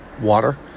water